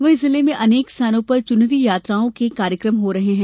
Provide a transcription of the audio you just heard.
वहीं जिले में अनेक स्थानों पर चुनरी यात्राओं के कार्यकम हो रहे हैं